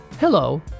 Hello